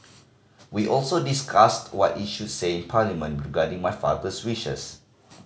we also discussed what is should say in Parliament regarding my father's wishes